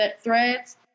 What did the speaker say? threads